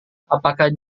apakah